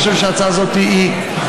אני חושב שההצעה הזאת חשובה.